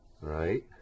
right